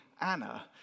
Anna